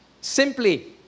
simply